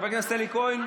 חבר הכנסת אלי כהן,